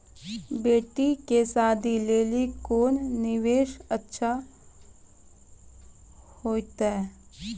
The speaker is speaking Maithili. बेटी के शादी लेली कोंन निवेश अच्छा होइतै?